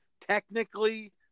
technically